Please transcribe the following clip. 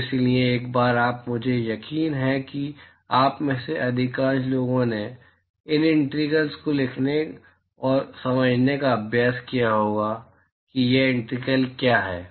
तो इसलिए एक बार आप मुझे यकीन है कि आप में से अधिकांश लोगों ने इन इंटीग्रल्स को लिखने और यह समझने का अभ्यास किया होगा कि ये इंटीग्रल क्या हैं